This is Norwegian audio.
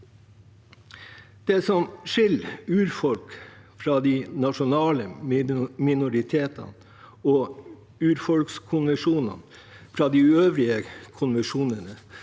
Det som skiller urfolk fra de nasjonale minoritetene og urfolkskonvensjonene fra de øvrige konvensjonene